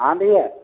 हाँ भैया